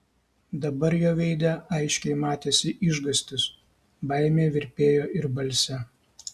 dabar jo veide aiškiai matėsi išgąstis baimė virpėjo ir balse